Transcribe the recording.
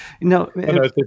no